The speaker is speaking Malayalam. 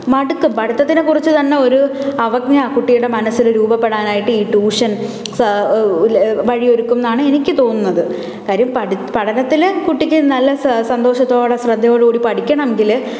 മടുക്കും പഠിത്തത്തിനെക്കുറിച്ച് തന്നെ ഒരു അവജ്ഞ ആ കുട്ടിയുടെ മനസ്സിൽ രൂപപ്പെടാനായിട്ട് ഈ ട്യൂഷൻ വഴിയൊരുക്കും എന്നാണ് എനിക്ക് തോന്നുന്നത് കാര്യം പഠനത്തിൽ കുട്ടിക്ക് നല്ല സന്തോഷത്തോടെ ശ്രദ്ധയോടുകൂടി പഠിക്കണം എങ്കിൽ